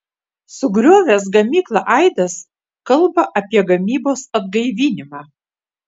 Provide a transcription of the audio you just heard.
sugriovęs gamyklą aidas kalba apie gamybos atgaivinimą